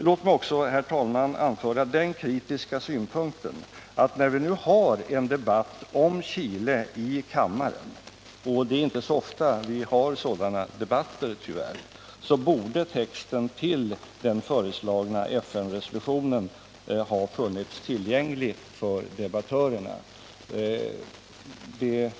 Låt mig också, herr talman, anföra den kritiska synpunkten att i samband med att vi nu har en debatt om Chile i kammaren — och det är tyvärr inte så ofta vi har sådana debatter — borde texten till den föreslagna FN-resolutionen ha funnits tillgänglig för debattörerna.